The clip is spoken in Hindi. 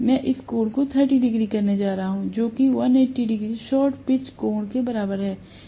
मैं इस कोण को 30 डिग्री करने जा रहा हूं जो कि 180 शॉर्ट पिच कोण के बराबर है